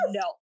no